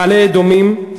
במעלה-אדומים,